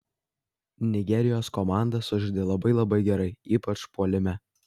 nigerijos komanda sužaidė labai labai gerai ypač puolime